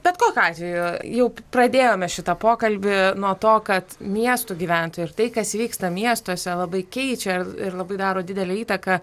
bet kokiu atveju jau pradėjome šitą pokalbį nuo to kad miestų gyventojai ir tai kas įvyksta miestuose labai keičia ir ir labai daro didelę įtaką